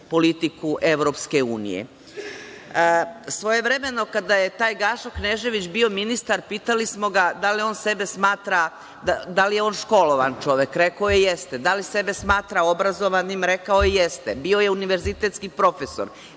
politiku EU.Svojevremeno, kada je taj Gaša Knežević bio ministar, pitali smo ga da li on sebe smatra, da li je školovan čovek? Rekao je da jeste. Da li sebe smatra obrazovanim? Rekao je, jeste. Bio je univerzitetski profesor,